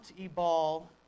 Ebal